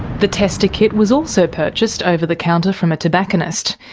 the tester kit was also purchased over the counter from a tobacconist.